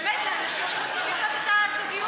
ואלה אנשים שרוצים לחיות את הזוגיות שלהם.